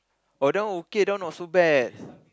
oh that one okay that one not so bad